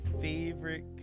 favorite